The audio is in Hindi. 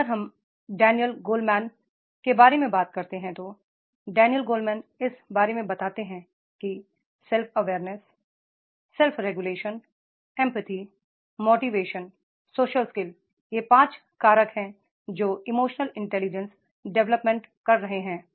अगर हम डैनियल गोलेमैन के बारे में बात करते हैं तो डैनियल गोलेमैन इस बारे में बताते हैं कि self awareness self regulation empathy motivation तथा सोशल स्किल ये 5 कारक हैं जो इमोशनल इंटेलिजेंस डेवलपमेंट कर रहे हैं